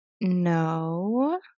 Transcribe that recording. no